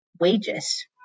wages